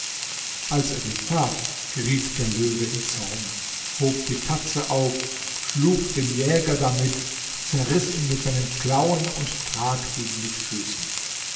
als er dies tat geriet der löwe in zorn hob die tatze auf schlug den jäger damit zerriß ihn mit seinen klauen und trat ihn mit füßen